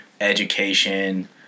education